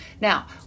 now